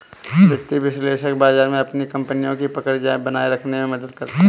वित्तीय विश्लेषक बाजार में अपनी कपनियों की पकड़ बनाये रखने में मदद करते हैं